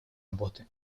работы